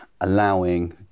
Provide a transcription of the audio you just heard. allowing